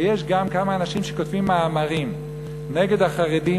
ויש גם כמה אנשים שכותבים מאמרים נגד החרדים,